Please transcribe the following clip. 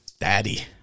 Daddy